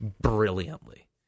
brilliantly